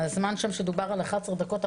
הזמן שדובר על אחת עשרה דקות,